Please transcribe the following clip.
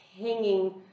hanging